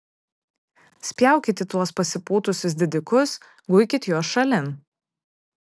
spjaukit į tuos pasipūtusius didikus guikit juos šalin